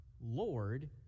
Lord